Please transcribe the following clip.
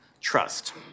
trust